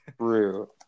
true